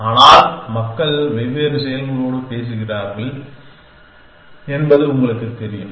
ஆனால் மக்கள் வெவ்வேறு செயல்களோடு பேசுகிறார்கள் என்பது உங்களுக்குத் தெரியும்